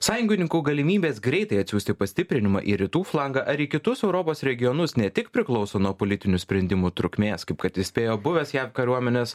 sąjungininkų galimybės greitai atsiųsti pastiprinimą į rytų flangą ar į kitus europos regionus ne tik priklauso nuo politinių sprendimų trukmės kaip kad įspėjo buvęs jav kariuomenės